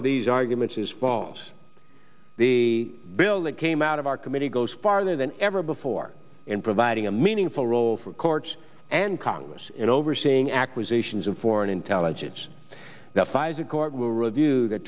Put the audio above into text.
of these arguments is false the bill that came out of our committee goes farther than ever before in providing a meaningful role for courts and congress in overseeing acquisitions of foreign intelligence the five a court will review the